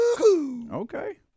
Okay